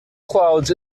clouds